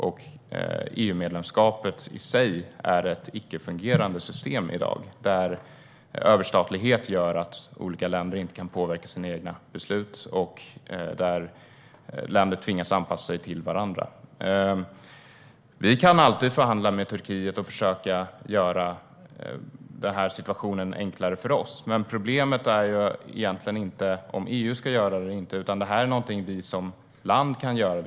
EU-medlemskapet i sig är i dag ett icke-fungerande system där överstatlighet gör att olika länder inte kan påverka sina egna beslut och att länder tvingas att anpassa sig till varandra. Vi kan alltid förhandla med Turkiet och försöka göra situationen enklare för oss. Men problemet är egentligen inte om EU ska göra det eller inte, utan det här är någonting som vi som land kan göra.